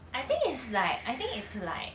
I think it's like I think it's like